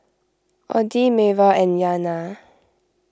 Audie Mayra and Iyana